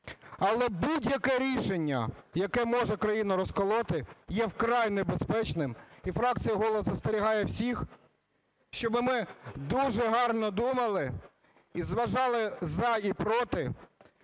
Але будь-яке рішення, яке може країну розколоти, є вкрай небезпечним. І фракція "Голос" застерігає всіх, щоби ми дуже гарно думали і зважали "за" і "проти"